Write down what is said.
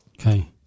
Okay